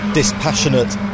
dispassionate